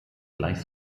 gleich